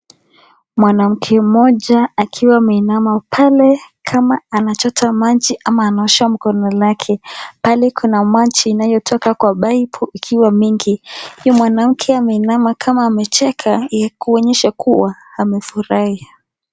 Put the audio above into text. Mwanamke moja akiwa ameinama pale kama anachota maji ama anaosha mkono lake pale kuna maji inayotoka kwa paipu ikiwa mingi manake ameinama kama amecheka kuonyesha kuwa amefurahia.